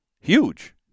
Huge